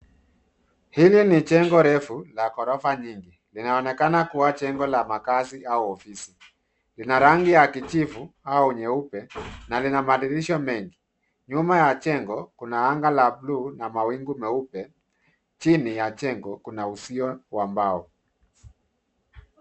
Hili ni jengo refu la ghorofa nyingi. Linaonekana kuwa jengo la makaazi au ofisi. Ina rangi ya kijivu au nyeupe na lina madirisha mengi. Nyuma ya jengo kuna anga la buluu na mawingu meupe. Chini ya jengo kuna uzio wa mbao.